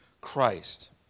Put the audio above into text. Christ